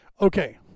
okay